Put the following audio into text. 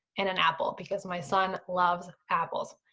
and an apple because my son loves apples.